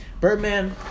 Birdman